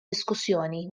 diskussjoni